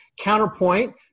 counterpoint